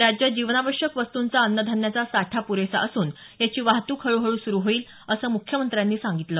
राज्यात जिवनावश्यक वस्तुंचा अन्नधान्याचा साठा पुरेसा असून याची वाहतूक हळूहळू सुरु होईल असं मुख्यमंत्र्यांनी सांगितलं